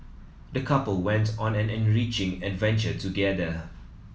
the couple went on an enriching adventure together